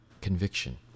conviction